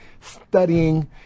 studying